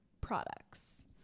products